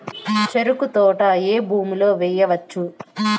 చెరుకు తోట ఏ భూమిలో వేయవచ్చు?